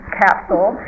capsule